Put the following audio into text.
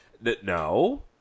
No